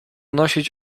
nosić